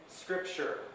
Scripture